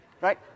Right